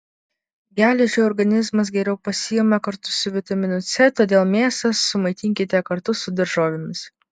geležį organizmas geriau pasiima kartu su vitaminu c todėl mėsą sumaitinkite kartu su daržovėmis